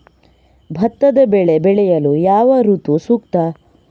ಭತ್ತದ ಬೆಳೆ ಬೆಳೆಯಲು ಯಾವ ಋತು ಸೂಕ್ತ?